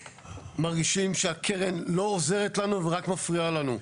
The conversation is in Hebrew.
מרגישים שהקרן לא עוזרת לנו ורק מפריעה לנו.